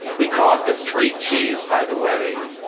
we call it the three t's by the way,